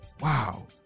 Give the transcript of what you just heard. Wow